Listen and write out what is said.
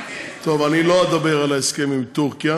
טוב, אני לא אדבר על ההסכם עם טורקיה,